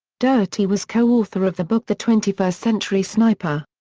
doherty was co-author of the book the twenty first century sniper.